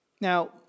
Now